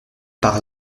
par